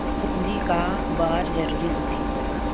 पूंजी का बार जरूरी हो थे?